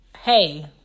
Hey